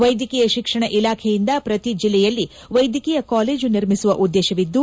ವೈದ್ಯಕೀಯ ಶಿಕ್ಷಣ ಇಲಾಖೆಯಿಂದ ಪ್ರತಿ ಜಿಲ್ಲೆಯಲ್ಲಿ ವೈದ್ಯಕೀಯ ಕಾಲೇಜು ನಿರ್ಮಿಸುವ ಉದ್ದೇಶವಿದ್ದು